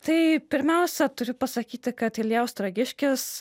tai pirmiausia turiu pasakyti kad ilja ostrogiškis